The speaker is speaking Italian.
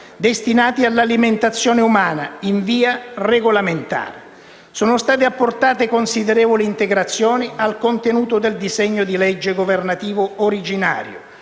destinati all'alimentazione umana in via regolamentare. Sono state apportate considerevoli integrazioni al contenuto del disegno di legge governativo originario,